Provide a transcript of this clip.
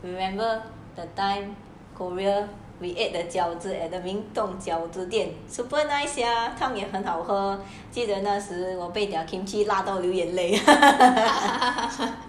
remember the time korea we ate 的饺子明洞饺子店 super nice sia 汤也很好喝记得那时我被 their kimchi 辣到流眼泪